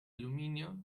aluminio